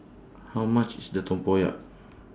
How much IS Little Tempoyak